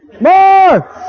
more